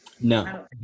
No